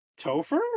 Topher